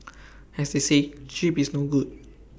as they say cheap is no good